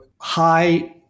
high